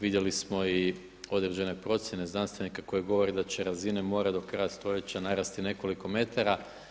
Vidjeli smo i određene procjene znanstvenika koje govore da će razine mora do kraja stoljeća narasti nekoliko metara.